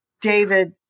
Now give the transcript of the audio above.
David